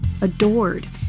adored